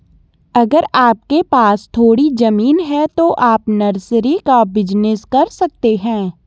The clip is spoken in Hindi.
अगर आपके पास थोड़ी ज़मीन है तो आप नर्सरी का बिज़नेस कर सकते है